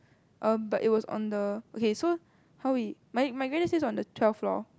um but it was on the okay so how we my my granddad stays on the twelfth floor